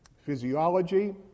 physiology